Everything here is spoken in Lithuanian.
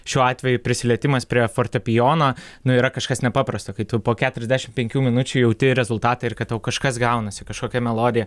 šiuo atveju prisilietimas prie fortepijono nu yra kažkas nepaprasto kai tu po keturiasdešimt penkių minučių jauti rezultatą ir kad tau kažkas gaunasi kažkokia melodija